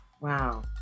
Wow